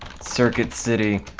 circuit city